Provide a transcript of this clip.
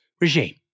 regime